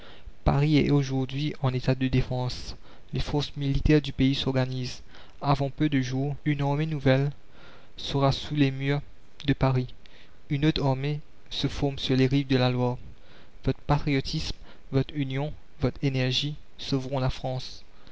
paris est aujourd'hui en état de défense les forces militaires du pays s'organisent avant peu de jours une armée nouvelle sera sous les murs de paris une autre armée se forme sur les rives de la loire votre patriotisme votre union votre énergie sauveront la france